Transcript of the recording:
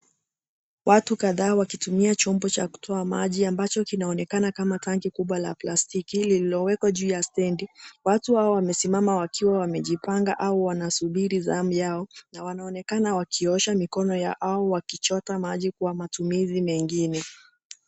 Watu kadhaa wakitumia chombo cha kutoa maji ambacho kinaonekana kama tanki kubwa la plastiki lilowekwa juu ya stendi watu hao wamesimama wakiwa wamejipanga au wanasubiri samu yao na wanaonekana wakiosha mikono au wakijota maji kwa matumizi mengine.